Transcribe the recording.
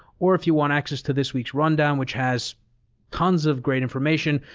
or if you want access to this week's rundown, which has tons of great information,